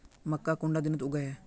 मक्का कुंडा दिनोत उगैहे?